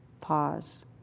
pause